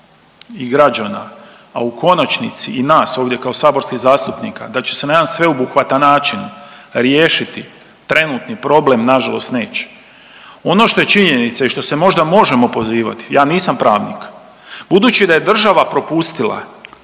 i građana, a u konačnici i nas ovdje kao saborskih zastupnika da će se na jedan sveobuhvatan način riješiti trenutni problem, nažalost neće. Ono što je činjenica i što se možda možemo pozivati, ja nisam pravnik, budući da je država propustila,